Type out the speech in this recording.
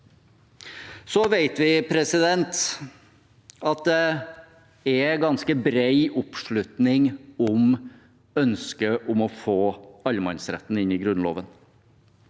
den. Vi vet at det er ganske bred oppslutning om ønsket om å få allemannsretten inn i Grunnloven.